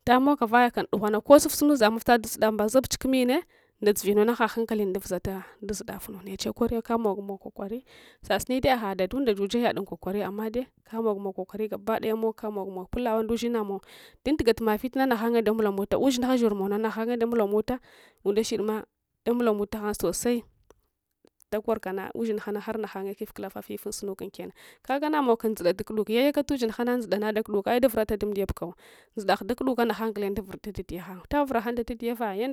vita mogka rayakam dughwanc kosufsuna uzangma vita daz daf mbesunchi kummenenda dzuvinu nganne gheghankalin da vuzata daz defunu neche kamogmow kokari sasuni dai agha dadunda juja yad unkokari amma dai kamogmow kokari gabadaya mow kamogmow kulawa ndusuina mow tundugalma fite nagh anye damulamuls ushingha shormunne naghanye damulamuta undashidma damulamuta hang sosai dakor kana ushinghana har naghanye kufkulafa fifun sunka unken leaga namow kam dzuda tukuduk yayaka ushinhana dzuda tukuduka ai’davurata dumdiyabukawa dzudagh dakuduka naghang guleng dafur datadiya ghang vit vavuraghan datadiya fah yanda